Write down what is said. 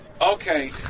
Okay